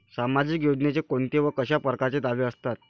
सामाजिक योजनेचे कोंते व कशा परकारचे दावे असतात?